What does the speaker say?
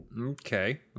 Okay